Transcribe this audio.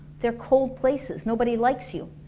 they're cold places, nobody likes you